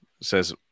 says